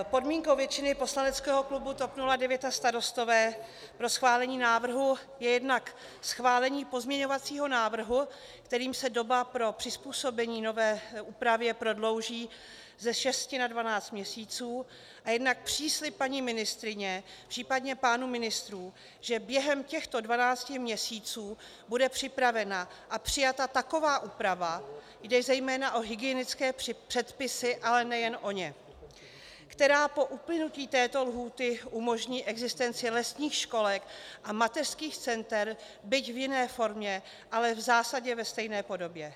Podmínkou většiny poslaneckého klubu TOP 09 a Starostové pro schválení návrhu je jednak schválení pozměňovacího návrhu, kterým se doba pro přizpůsobení nové úpravě prodlouží ze šesti na dvanáct měsíců, a jednak příslib paní ministryně, případně pánů ministrů, že během těchto dvanácti měsíců bude připravena a přijata taková úprava jde zejména o hygienické předpisy, ale nejen o ně , která po uplynutí této lhůty umožní existenci lesních školek a mateřských center, byť v jiné formě, ale v zásadě ve stejné podobě.